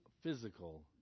physical